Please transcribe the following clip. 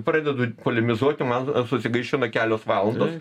pradedu polemizuoti man susigaišina kelios valandos